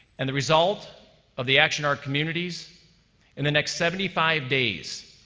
and the result of the acts in our communities in the next seventy five days,